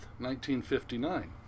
1959